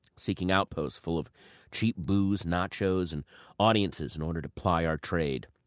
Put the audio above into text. seeking outposts full of cheap booze, nachos and audiences in order to ply our trade.